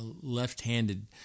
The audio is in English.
left-handed